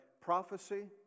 prophecy